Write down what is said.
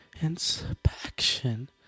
inspection